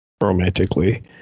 Romantically